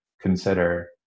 consider